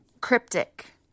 Cryptic